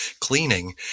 cleaning